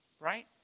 Right